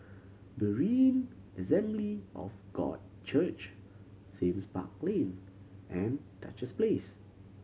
Berean Assembly of God Church Sime Park Lane and Duchess Place